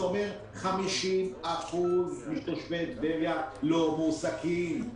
זה אומר ש-50 אחוזים מתושבי טבריה לא מועסקים.